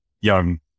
young